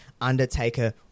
Undertaker